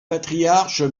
patriarche